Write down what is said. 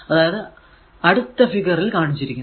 അതാണ് അടുത്ത ഫിഗർ ൽ കാണിച്ചിരിക്കുന്നത്